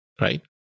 right